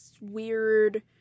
weird